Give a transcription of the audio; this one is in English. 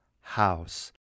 house